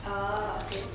oh okay